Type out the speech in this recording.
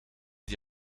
die